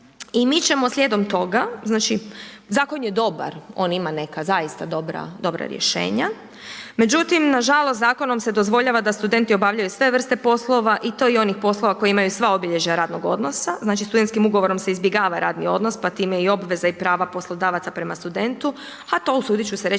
I mi ćemo slijedom toga znači, zakon je dobar, on ima neka zaista dobra rješenja. Međutim na žalost zakonom se dozvoljava da studenti obavljaju sve vrste poslova i to i onih poslova koja imaju sva obilježja radnog odnosa. Znači studentskim ugovorom se izbjegava radni odnos pa time i obveza i prava poslodavaca prema studentu, a to usudit ću se reći